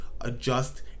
adjust